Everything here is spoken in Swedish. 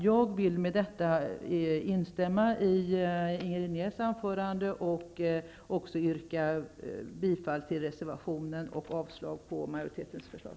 Jag vill med detta instämma i Inger Renés anförande och yrka bifall till reservationen och avslag på majoritetens förslag.